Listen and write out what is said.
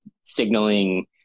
signaling